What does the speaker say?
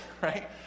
right